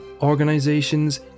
organizations